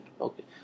Okay